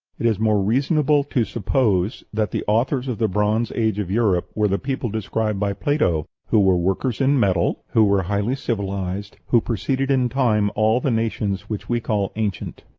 it is more reasonable to suppose that the authors of the bronze age of europe were the people described by plato, who were workers in metal, who were highly civilized, who preceded in time all the nations which we call ancient.